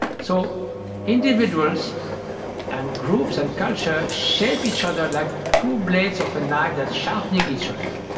so individuals and groups and culture shape each other like two blades of a knife that's sharpening each other.